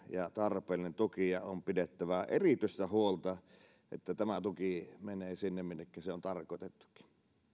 ja tarpeellinen tuki ja on pidettävä erityistä huolta että tämä tuki menee sinne minnekä se on tarkoitettukin